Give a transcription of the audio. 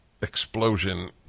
explosion